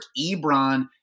Ebron